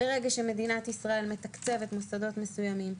ברגע שמדינת ישראל מתקצבת מוסדות מסוימים,